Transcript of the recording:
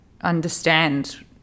understand